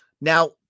Now